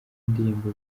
indirimbo